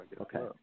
Okay